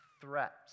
threats